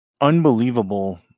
unbelievable